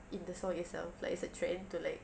in the song itself like it's a trend to like